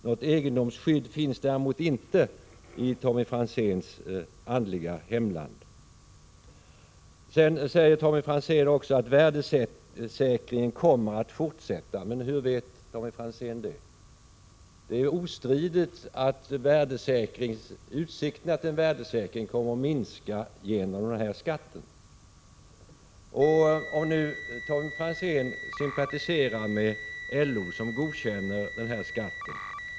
Något egendomsskydd finns däremot inte i Tommy Franzéns andliga hemland. Sedan säger Tommy Franzén att värdesäkringen kommer att fortsätta. Hur vet Tommy Franzén det? Det är ostridigt att utsikterna till värdesäkring kommer att minska genom den här skatten. Tommy Franzén sympatiserar med LO, som godkänner denna skatt.